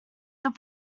this